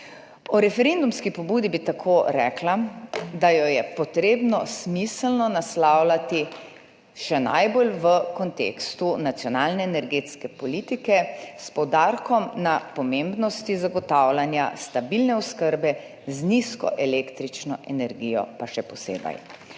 O referendumski pobudi bi tako rekla, da jo je treba smiselno naslavljati še najbolj v kontekstu nacionalne energetske politike, s poudarkom na pomembnosti zagotavljanja stabilne oskrbe z nizko električno energijo, to pa še posebej.